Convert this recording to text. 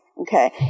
Okay